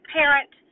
parent